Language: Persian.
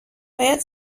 باید